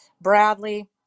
Bradley